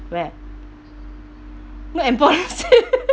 where not embarrassing